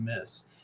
miss